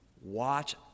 Watch